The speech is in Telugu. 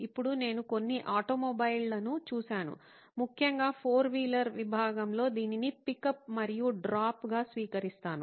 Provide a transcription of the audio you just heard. ఇప్పుడు నేను కొన్ని ఆటోమొబైల్లను చూశాను ముఖ్యంగా ఫోర్ వీలర్ విభాగంలో దీనిని పిక్ అప్ మరియు డ్రాప్ గా స్వీకరిస్తారు